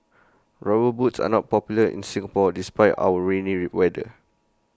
rubber boots are not popular in Singapore despite our rainy weather